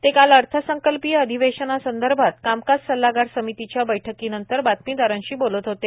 ते काल अर्थसंकल्पीय अधिवेशनासंदर्भात कामकाज सल्लागार समितीच्या बैठकीनंतर बातमीदारांशी बोलत होते